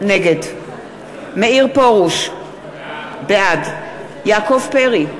נגד מאיר פרוש, בעד יעקב פרי,